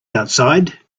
outside